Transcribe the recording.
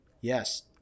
yes